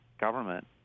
government